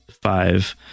Five